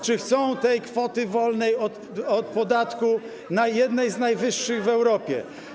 czy chcą tej kwoty wolnej od podatku, jednej z najwyższych w Europie.